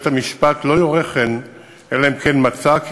ובית-המשפט לא יורה כן אלא אם כן מצא כי